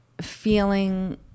feeling